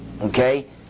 okay